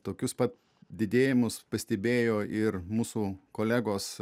tokius pat didėjimus pastebėjo ir mūsų kolegos